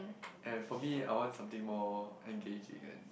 and for me I want something more engaging and